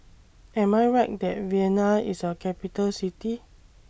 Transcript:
Am I Right that Vienna IS A Capital City